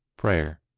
Prayer